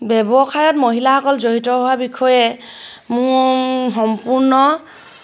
ব্যৱসায়ত মহিলাসকল জড়িত হোৱাৰ বিষয়ে মোৰ সম্পূৰ্ণ